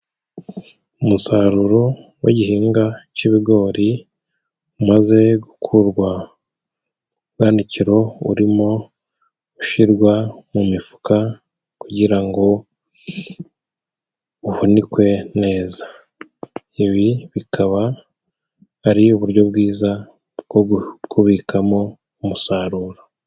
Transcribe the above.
Umusaruro w'igihingwa c'ibigori, umaze gukurwa mu buhunikiro urimo ushyirwa mu mifuka, kugira ngo uhunikwe neza. Ibi bikaba ari uburyo bwiza bwo gu kubikamo umusaruro.